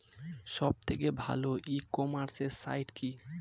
সব থেকে ভালো ই কমার্সে সাইট কী?